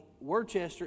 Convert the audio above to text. Worcester